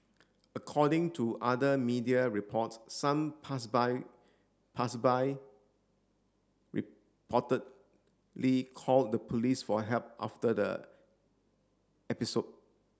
according to other media reports some pass by pass by reportedly called the police for help after the episode